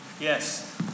Yes